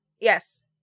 Yes